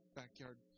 backyard